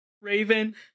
Raven